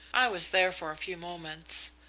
i was there for a few moments.